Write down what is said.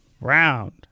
round